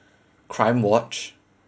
crime watch